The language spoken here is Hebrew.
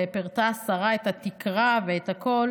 ופירטה השרה את התקרה ואת הכול,